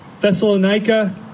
Thessalonica